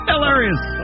Hilarious